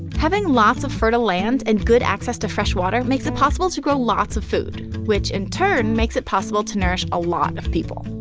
having lots of fertile land and good access to fresh water makes it possible to grow lots of food, which in turn makes it possible to nourish a lot of people.